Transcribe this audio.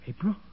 April